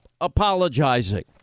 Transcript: apologizing